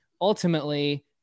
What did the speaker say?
ultimately